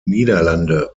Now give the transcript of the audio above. niederlande